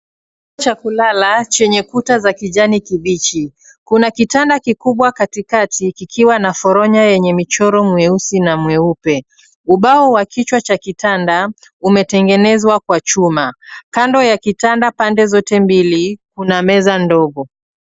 chumba chakulala chenye ukuta cha rangi kibichi kuna kitanda kikubwa katikati kikiwa na foronya chenye mchoro mweusi na mweupe. Ubao wa kichwa cha kitanda umetengenezwa kwa chuma kando ya kitanda pande sote mbili kuna meza ndogo.